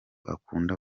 akunda